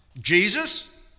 Jesus